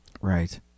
Right